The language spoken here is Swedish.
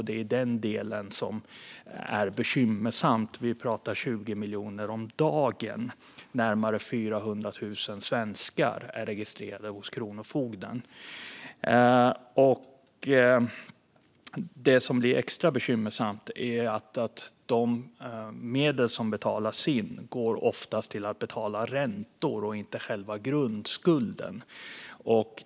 Det är den delen som är bekymmersam. Vi talar om 20 miljoner om dagen. Närmare 400 000 svenskar är registrerade hos Kronofogden. Extra bekymmersamt är att de medel som betalas in oftast går till att betala räntor och inte till själva grundskulden.